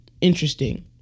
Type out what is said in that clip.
interesting